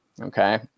Okay